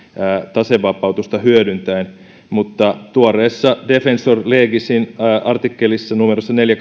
tasevapautusta hyödyntäen lopullisesti vaikeutuisi mutta tuoreessa defensor legisin artikkelissa numerossa neljä